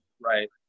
Right